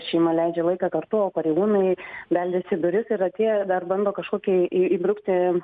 šeima leidžia laiką kartu o pareigūnai beldžias į duris ir atėję dar bando kažkokį įbrukti